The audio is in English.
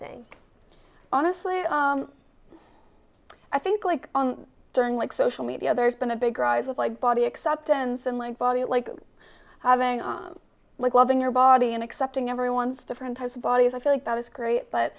think honestly i think like during like social media there's been a big rise of like body acceptance and like body like having on like loving your body and accepting everyone's different types of bodies i feel like that is great but